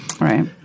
Right